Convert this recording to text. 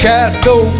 Shadow